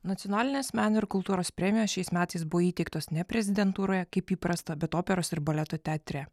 nacionalinės meno ir kultūros premijos šiais metais buvo įteiktos ne prezidentūroje kaip įprasta bet operos ir baleto teatre